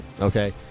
Okay